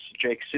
Jake